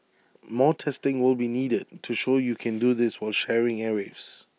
more testing will be needed to show you can do this while sharing airwaves